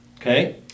Okay